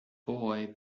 boy